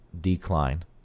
decline